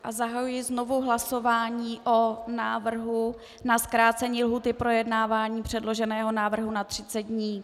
Zahajuji znovu hlasování o návrhu na zkrácení lhůty projednávání předloženého návrhu na 30 dní.